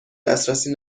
دسترسی